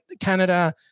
Canada